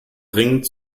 dringend